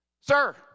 sir